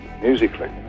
musically